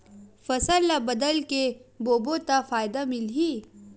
फसल ल बदल के बोबो त फ़ायदा मिलही?